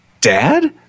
Dad